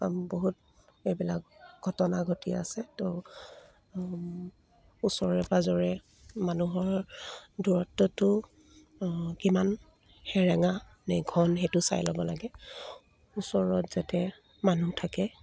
বহুত এইবিলাক ঘটনা ঘটি আছে তো ওচৰে পাঁজৰে মানুহৰ দূৰত্বটো কিমান সেৰেঙা নে ঘন সেইটো চাই ল'ব লাগে ওচৰত যাতে মানুহ থাকে